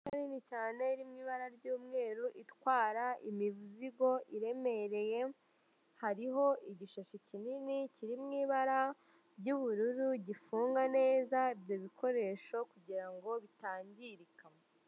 Imodoka ninni cyane iri mu ibara ry'umweru itwara imizigo iremereye, hariho igishashi kinini kiri mu ibara ry'ubururu gifunga neza ibyo bikoresho kugira ngo bitangirika.